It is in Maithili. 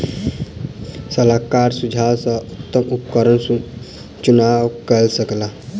सलाहकारक सुझाव सॅ ओ उत्तम उपकरणक चुनाव कय सकला